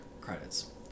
credits